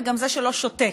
וגם זה שלא שותק,